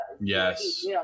Yes